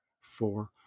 four